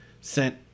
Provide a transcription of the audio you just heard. sent